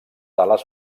ales